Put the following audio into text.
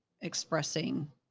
expressing